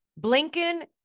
Blinken